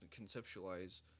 conceptualize